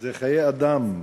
זה חיי אדם.